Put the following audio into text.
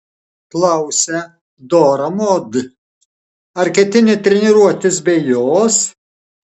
klausia dora mod ar ketini treniruotis be jos